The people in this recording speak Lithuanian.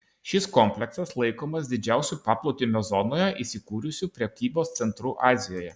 šis kompleksas laikomas didžiausiu paplūdimio zonoje įsikūrusiu prekybos centru azijoje